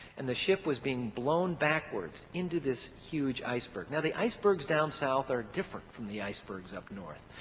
and the ship was being blown backwards into this huge iceberg. now the icebergs down south are different from the icebergs up north.